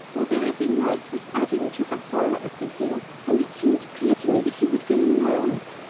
although every night was adding to the horror of the thing and it seemed clear to me that he was going mad.